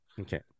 okay